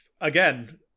again